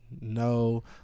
No